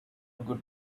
good